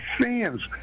fans